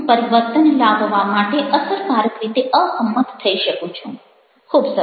હું પરિવર્તન લાવવા માટે અસરકારક રીતે અસંમત થઇ શકું છું